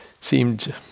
seemed